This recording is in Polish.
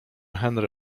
henry